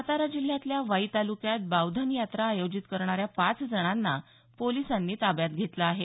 सातारा जिल्ह्यातल्या वाई तालुक्यात बावधन यात्रा आयोजित करणाऱ्या पाच जणांना पोलिसांनी ताब्यात घेतलं आहे